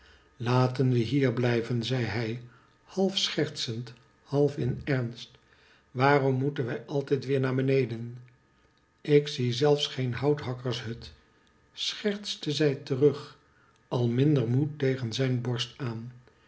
laten we hier blijven zei hij half schertsend half in emst waarom moeten wij altijd weer naar beneden ik zie zelfs geen houthakkershut schertste zij terug al minder moe tegen rijn borst aan